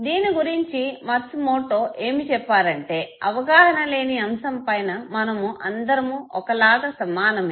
దీని గురించే Matsumoto ఏమి చెప్పారంటే అవగాహన లేని అంశం పైన మనము అందరము ఒక లాగ సమానమే